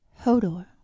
Hodor